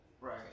right